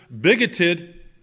bigoted